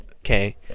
okay